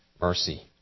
mercy